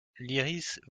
lyrisse